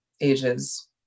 ages